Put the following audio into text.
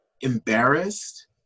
embarrassed